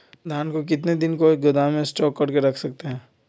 धान को कितने दिन को गोदाम में स्टॉक करके रख सकते हैँ?